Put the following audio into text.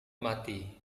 mati